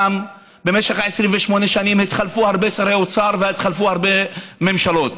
במשך 28 שנים התחלפו הרבה שרי אוצר והתחלפו הרבה ממשלות.